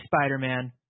Spider-Man